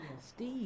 Steve